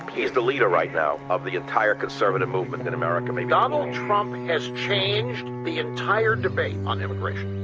he's the leader right now of the entire conservative movement in america. donald trump has changed the entire debate on immigration.